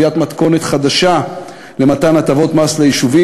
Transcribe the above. מחליטים לקביעת מתכונת חדשה למתן הטבות מס ליישובים.